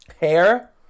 Hair